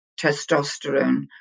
testosterone